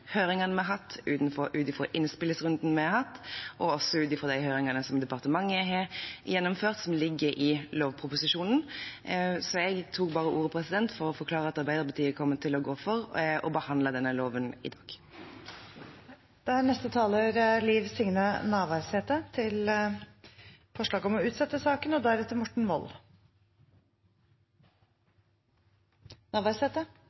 høringene vi har hatt, ut fra innspillsrunden vi har hatt, og også ut fra de høringene som departementet har gjennomført, som ligger i lovproposisjonen. Så jeg tok bare ordet for å forklare at Arbeiderpartiet kommer til å gå for å behandle denne loven i dag. Senterpartiet kjem heller ikkje til å røyste for å